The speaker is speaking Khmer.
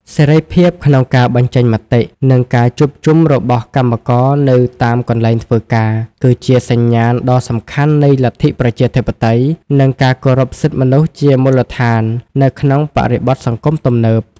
សេរីភាពក្នុងការបញ្ចេញមតិ និងការជួបជុំរបស់កម្មករនៅតាមកន្លែងធ្វើការ គឺជាសញ្ញាណដ៏សំខាន់នៃលទ្ធិប្រជាធិបតេយ្យ និងការគោរពសិទ្ធិមនុស្សជាមូលដ្ឋាននៅក្នុងបរិបទសង្គមទំនើប។